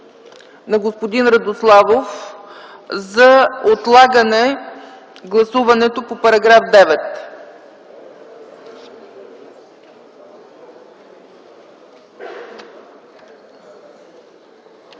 на господин Радославов за отлагане гласуването по § 9.